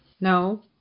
No